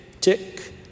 tick